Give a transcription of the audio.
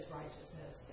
righteousness